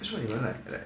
为什么你们 like like